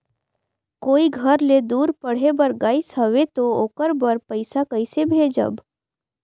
कोई घर ले दूर पढ़े बर गाईस हवे तो ओकर बर पइसा कइसे भेजब?